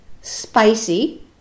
spicy